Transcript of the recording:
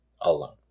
alone